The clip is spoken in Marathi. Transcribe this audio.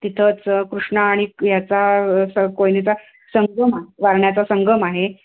तिथंच कृष्णा आणि याचा असा कोयनेचा संगम वारण्याचा संगम आहे